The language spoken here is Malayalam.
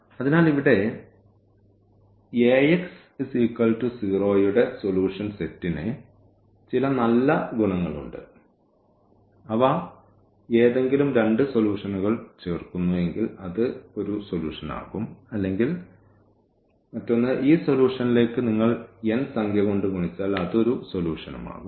അതിനാൽ ഇവിടെ Ax0 യുടെ സൊലൂഷൻ സെറ്റിന് ചില നല്ല ഗുണങ്ങളുണ്ട് അവ ഏതെങ്കിലും രണ്ട് സൊല്യൂഷനുകൾ ചേർക്കുന്നു എങ്കിൽ അത് ഒരു സൊല്യൂഷനാകും അല്ലെങ്കിൽ ഈ സൊല്യൂഷന്ലേക്ക് നിങ്ങൾ n സംഖ്യ കൊണ്ട് ഗുണിച്ചാൽ അത് ഒരു സൊല്യൂഷനുമാകും